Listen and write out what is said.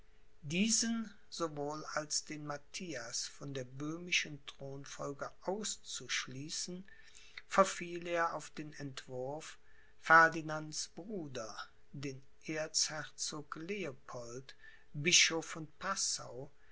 diesen sowohl als den matthias von der böhmischen thronfolge auszuschließen verfiel er auf den entwurf ferdinands bruder dem erzherzog leopold bischof von passau